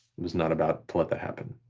was not about to let that happen.